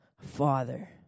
Father